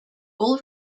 all